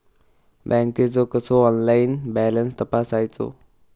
बँकेचो कसो online balance तपासायचो?